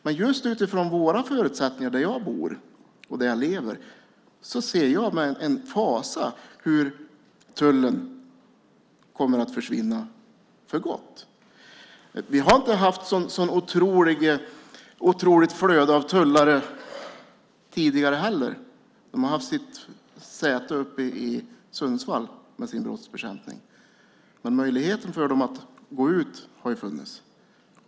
Men utifrån förutsättningarna där jag lever och bor ser jag med fasa på hur tullen kommer att försvinna för gott. Vi har inte haft något otroligt flöde av tullare tidigare heller. De har haft sitt säte för brottsbekämpning uppe i Sundsvall, men det har funnits en möjlighet för dem att gå ut.